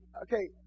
Okay